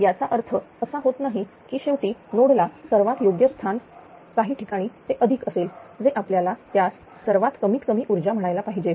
याचा अर्थ असा होत नाही की शेवटी नोडला सर्वात योग्य स्थान काही ठिकाणी ते अधिक असेल जे आपल्याला त्यास सर्वात कमीत कमी ऊर्जा म्हणायला पाहिजे